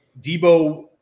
Debo